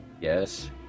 Yes